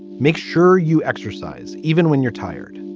make sure you exercise even when you're tired,